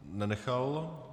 Nenechal.